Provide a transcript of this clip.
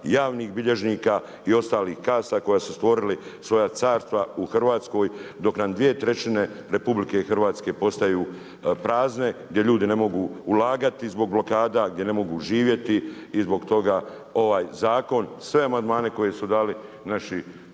javnih bilježnika i ostalih kasta koja su stvorili svoja carstva u Hrvatskoj dok nam dvije trećine RH postaju prazne gdje ljudi ne mogu ulagati zbog blokada, gdje ne mogu živjeti i zbog toga ovaj zakon, sve amandmane koje su dali naše